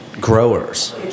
growers